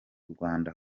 rwanda